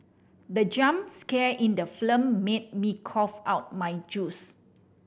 the jump scare in the film made me cough out my juice